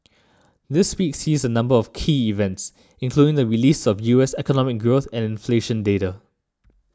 this week sees a number of key events including the release of U S economic growth and inflation data